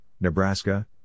Nebraska